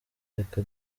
reka